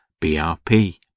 BRP